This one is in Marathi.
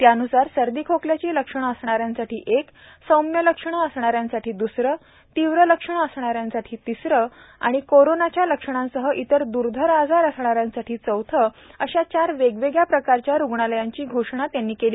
त्यानुसार सर्दी खोकल्याची लक्षणं असणाऱ्यांसाठी एक सौम्य लक्षणं असणाऱ्यांसाठी द्रसरे तीव्र लक्षणं असणाऱ्यांसाठी तिसरं आणि कोरोनाच्या लक्षणांसह इतर द्र्धर आजार असणाऱ्यांसाठी चौथं अशा चार वेगवेगळ्या प्रकारच्या रुग्णालयांची घोषणा त्यांनी केली